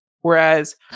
whereas